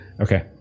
Okay